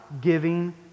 giving